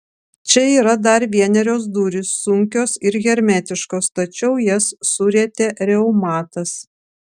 čia yra dar vienerios durys sunkios ir hermetiškos tačiau jas surietė reumatas